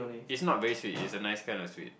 it's not very sweet it's the nice kind of sweet